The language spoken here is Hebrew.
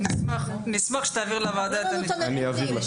נשמח שתעביר לוועדה את הנתונים.